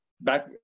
back